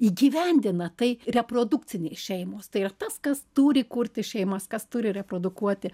įgyvendina tai reprodukcinės šeimos tai ir tas kas turi kurti šeimas kas turi reprodukuoti